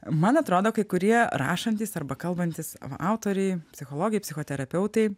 man atrodo kai kurie rašantys arba kalbantys autoriai psichologai psichoterapeutai